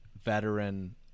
veteran